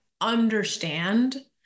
understand